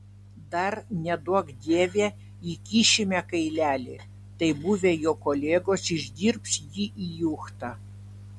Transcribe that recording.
dar neduok dieve įkišime kailelį tai buvę jo kolegos išdirbs jį į juchtą